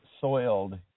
soiled